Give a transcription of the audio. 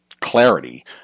clarity